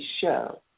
show